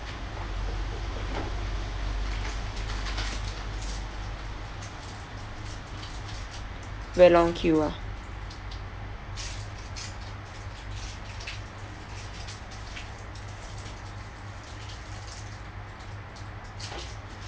very long queue ah